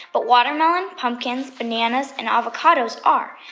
but watermelon, pumpkins, bananas and avocados are.